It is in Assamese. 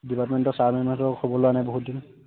ডিপাৰ্টমেণ্টৰ ছাৰ মেমহঁতৰো খবৰ লোৱা নাই বহুত দিন